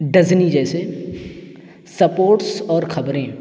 Disney جیسے sports اور خبریں